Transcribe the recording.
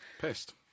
Pissed